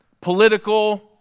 political